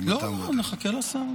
לא לא לא, נחכה לשר.